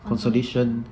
consolation